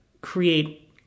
create